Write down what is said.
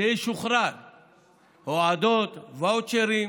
זה ישוחרר, הועדות, ואוצ'רים.